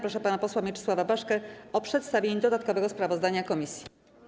Proszę pana posła Mieczysława Baszkę o przedstawienie dodatkowego sprawozdania komisji.